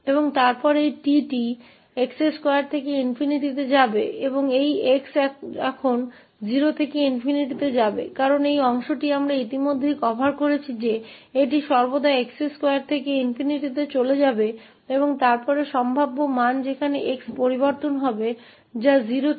और फिर यह x2 से ∞ तक जाएगा और यह x अब 0 से ∞ तक जाएगा क्योंकि इस भाग को हमने पहले ही कवर कर लिया है कि यह हमेशा x2 से ∞ तक जाएगा और फिर संभावित मान जहां 𝑥 बदल जाएगा 0 से ∞ है